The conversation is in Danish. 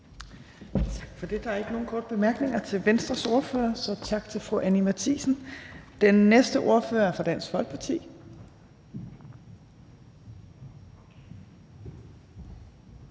Tak for det. Der er ikke nogen korte bemærkninger til Venstres ordfører, så tak til fru Anni Matthiesen. Den næste ordfører er fra Dansk Folkeparti.